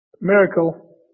miracle